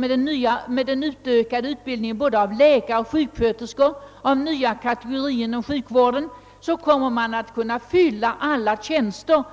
Med den nya utbildningen av både läkare och sjuksköterskor och andra nya kategorier inom sjukvården får man också möjlighet att besätta alla tjänster.